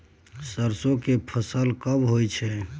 सरसो के फसल कब होय छै?